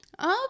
Okay